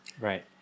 Right